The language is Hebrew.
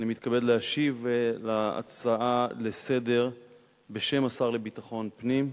אני מתכבד להשיב על הצעה לסדר-היום בשם השר לביטחון הפנים.